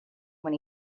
when